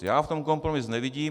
Já v tom kompromis nevidím.